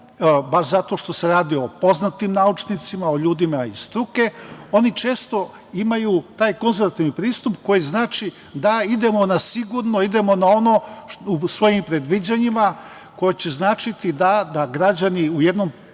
baš zato što se radi o poznatim naučnicima, o ljudima iz struke, oni često imaju taj konzervativni pristup koji znači da idemo na sigurno, idemo na ono u svojim predviđanjima koje će značiti da građani u jednom